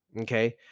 Okay